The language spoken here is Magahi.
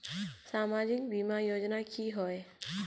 सामाजिक बीमा योजना की होय?